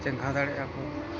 ᱪᱮᱸᱜᱷᱟ ᱫᱟᱲᱮᱜᱼᱟᱠᱚ